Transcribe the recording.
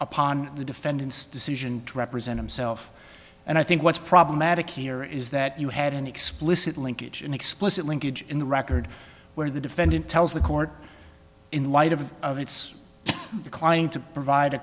upon the defendant's decision to represent himself and i think what's problematic here is that you had an explicit linkage an explicit linkage in the record where the defendant tells the court in light of of its declining to provide a